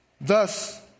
Thus